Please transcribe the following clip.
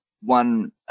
one